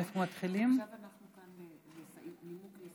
אנחנו מתחילים עם חברינו מסיעת ש"ס,